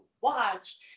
watch